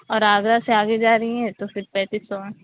اور آگرہ سے آگے جا ری ہیں تو پھر پینتیس سو ہیں